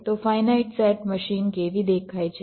તો finite set machine કેવી દેખાય છે